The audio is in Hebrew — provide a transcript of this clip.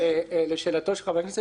לשאלתו של חבר הנכסת ג'בארין,